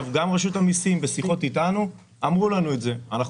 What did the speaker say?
גם רשות המסים בשיחות איתנו אמרו לנו: אנחנו